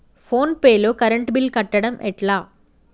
Phone pay లో current bill కట్టడం ఎట్లా?